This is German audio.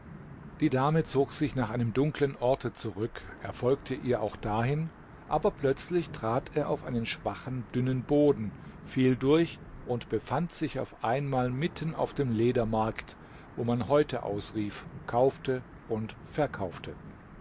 die dame zog sich nach einem dunklen orte zurück er folgte ihr auch dahin aber plötzlich trat er auf einen schwachen dünnen boden fiel durch und befand sich auf einmal mitten auf dem ledermarkt wo man häute ausrief kaufte und verkaufte